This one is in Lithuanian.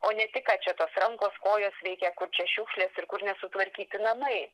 o ne tik ką čia tos rankos kojos veikia kur čia šiukšlės ir kur nesutvarkyti namai